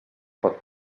pot